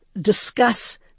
discuss